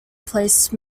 placed